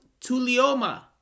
Tulioma